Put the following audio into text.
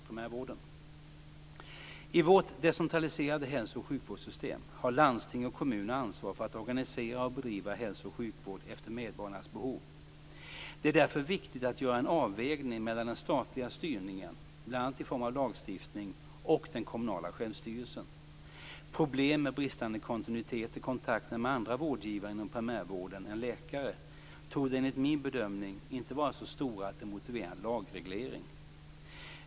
I vårt decentraliserade hälso och sjukvårdssystem har landsting och kommuner ansvar för att organisera och bedriva hälso och sjukvård efter medborgarnas behov. Det är därför viktigt att göra en avvägning mellan den statliga styrningen bl.a. i form av lagstiftning och den kommunala självstyrelsen. Problem med bristande kontinuitet i kontakterna med andra vårdgivare inom primärvården än läkare torde enligt min bedömning inte vara så stora att det motiverar en lagreglering.